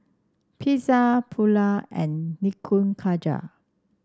Pizza Pulao and Nikujaga